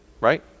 right